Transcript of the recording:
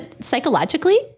psychologically